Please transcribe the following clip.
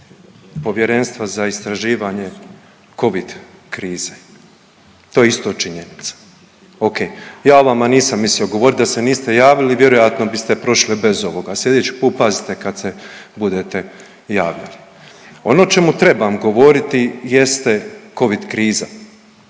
povjerenstva za istraživanje Covid krize, to je isto činjenica. Okej. Ja o vama nisam mislio govoriti, da se niste javili, vjerojatno biste prošli bez ovoga, a sljedeći put pazite kad se budete javljali. Ono o čemu trebam govoriti jeste Covid kriza.